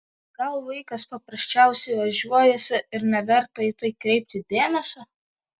gal vaikas paprasčiausiai ožiuojasi ir neverta į tai kreipti dėmesio